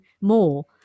more